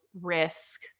risk